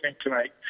tonight